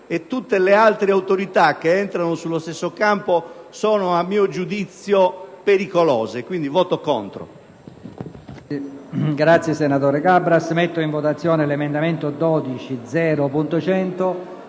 tutte le altre autorità che entrano sullo stesso campo sono a mio giudizio pericolose. Per tale